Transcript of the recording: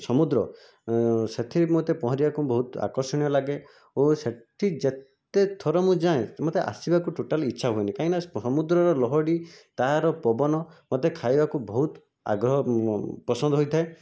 ସମୁଦ୍ର ସେଠି ମୋତେ ପହଁରିବାକୁ ବହୁତ ଆକର୍ଷଣୀୟ ଲାଗେ ଓ ସେଠି ଯେତେଥର ମୁଁ ଯାଏ ମୋତେ ଆସିବାକୁ ଟୋଟାଲ ଇଚ୍ଛା ହୁଏନାହିଁ କାହିଁକିନା ସମୁଦ୍ରରର ଲହଡ଼ି ତା'ର ପବନ ମୋତେ ଖାଇବାକୁ ବହୁତ ଆଗ୍ରହ ପସନ୍ଦ ହୋଇଥାଏ